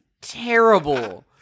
terrible